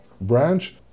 branch